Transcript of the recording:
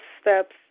steps